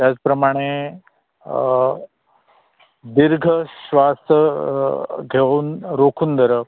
त्याच प्रमाणे दिर्घ स्वास घेवून रोखून धरप